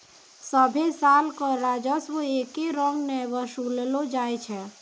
सभ्भे साल कर राजस्व एक्के रंग नै वसूललो जाय छै